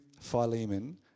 Philemon